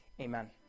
Amen